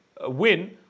Win